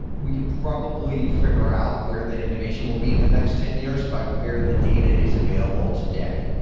we could probably figure out where the innovation will be in the next ten years by where the data is available today.